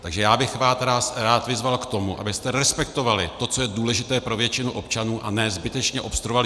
Takže bych vás rád vyzval k tomu, abyste respektovali to, co je důležité pro většinu občanů, a ne zbytečně obstruovali.